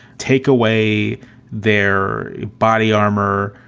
take away their body armor,